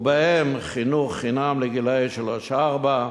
ובהם חינוך חינם לגילאי שלוש ארבע,